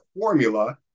formula